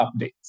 updates